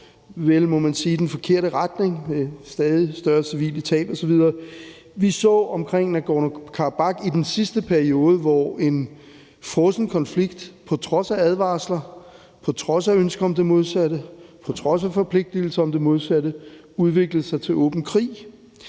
vel, må man sige, i den forkerte retning – der er stadig større civile tab osv. Vi så omkring Nagorno-Karabakh i sidste periode, hvor en frossen konflikt på trods af advarsler, på trods af ønsket om det modsatte, på trods af forpligtelser om det modsatte, udviklede sig til åben krig,